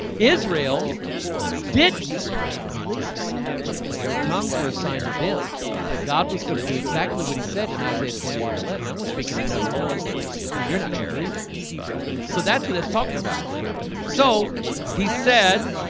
israel didn't believe the tongues were assigned to them that god was going to do exactly what he said in isaiah twenty eight eleven i was speaking another tongue and you're not gonna believe it so that's what it's talking about so he said